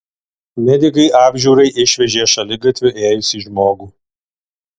medikai apžiūrai išvežė šaligatviu ėjusį žmogų